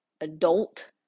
adult